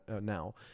now